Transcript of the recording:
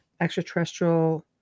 extraterrestrial